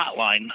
hotline